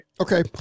Okay